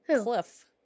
Cliff